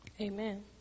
Amen